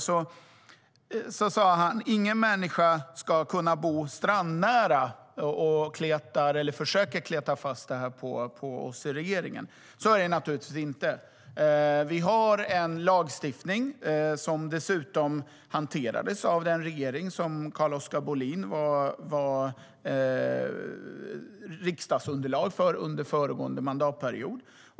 Han försöker kleta fast på regeringen uttalandet att ingen människa ska kunna bo strandnära. Så är det naturligtvis inte. Det finns en lagstiftning, som dessutom hanterades av den regering för vilken Carl-Oskar Bohlin utgjorde riksdagsunderlag under föregående mandatperiod.